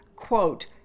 quote